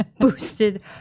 boosted